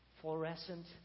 fluorescent